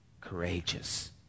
courageous